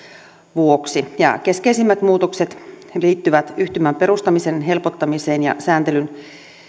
vuoksi keskeisimmät muutokset liittyvät yhtymän perustamisen helpottamiseen ja sääntelyn